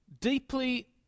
deeply